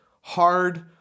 hard